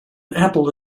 apple